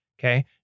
Okay